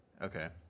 Okay